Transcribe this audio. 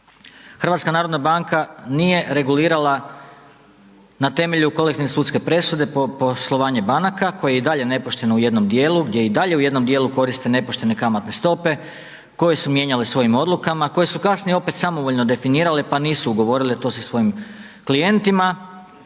Druga stvar, HNB nije regulirala na temelju kolektivne sudske presude poslovanje banaka koje je i dalje nepošteno u jednom dijelu, gdje i dalje u jednom dijelu koriste nepoštene kamatne stope koje su mijenjali svojim odlukama, koje su kasnije opet samovoljno definirale pa nisu ugovorile to sa svojim klijentima.